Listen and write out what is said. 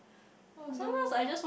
oh no